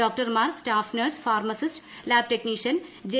ഡോക്ടർമാർ staff nurse pharmacist lab technician J